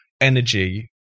energy